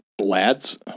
lads